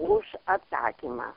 už atsakymą